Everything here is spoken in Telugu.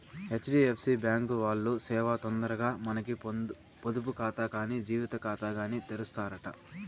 హెచ్.డి.ఎఫ్.సి బ్యాంకు వాల్లు సేనా తొందరగా మనకి పొదుపు కాతా కానీ జీతం కాతాగాని తెరుస్తారట